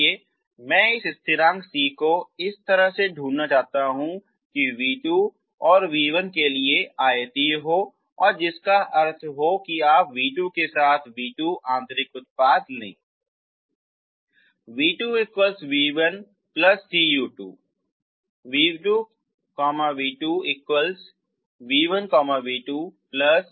इसलिए मैं इस स्थिरांक c को इस तरह से ढूंढना चाहता हूं कि v2 v1 के लिए आयतीय है जिसका अर्थ है कि आप v2 के साथ v2 आंतरिक उत्पाद लेते हैं